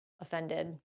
offended